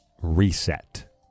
reset